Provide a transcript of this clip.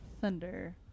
Thunder